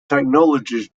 technologies